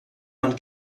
man